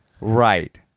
Right